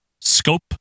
Scope